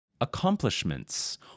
Accomplishments